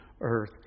earth